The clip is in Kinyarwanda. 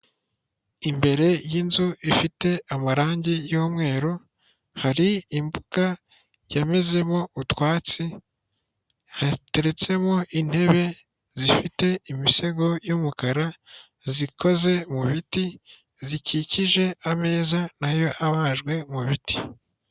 Imbere y'inzu ifite amarangi y'umweru, hari imbuga yamezezemo utwatsi, hateretsemo intebe zifite imisego y'umukara zikoze mu biti zikikije ameza nayo abajwe mu biti.